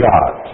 God